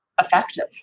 effective